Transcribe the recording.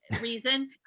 reason